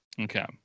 Okay